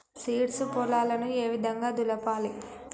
Seeds పొలాలను ఏ విధంగా దులపాలి?